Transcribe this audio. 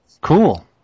Cool